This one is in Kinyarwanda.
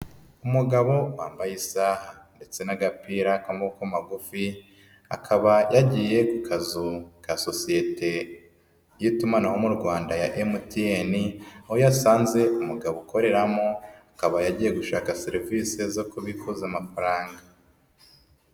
Umugabo wambaye isaha ndetse n'agapira k'amaboko magufi, akaba yagiye ku kazu ka sosiyete y'itumanaho mu Rwanda ya MTN, aho ya asanze umugabo ukoreramo akaba yagiye gushaka serivise zo kubikuza amafaranga.